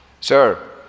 Sir